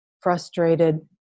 frustrated